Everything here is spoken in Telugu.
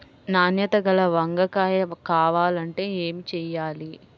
నాణ్యత గల వంగ కాయ కావాలంటే ఏమి చెయ్యాలి?